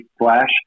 flash